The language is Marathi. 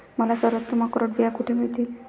मला सर्वोत्तम अक्रोड बिया कुठे मिळतील